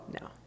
no